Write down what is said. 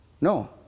No